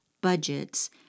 budgets